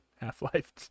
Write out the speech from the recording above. Half-Life